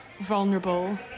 vulnerable